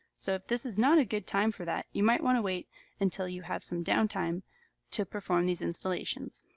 so if this is not a good time for that, you might want to wait until you have some down time to perform these installations.